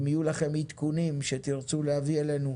אם יהיו לכם עידכונים שתרצו להביא אלינו,